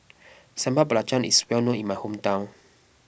Sambal Belacan is well known in my hometown